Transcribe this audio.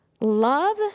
love